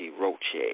Roche